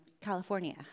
California